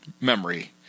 memory